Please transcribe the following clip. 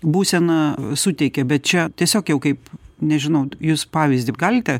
būseną suteikė bet čia tiesiog jau kaip nežinau jūs pavyzdį galite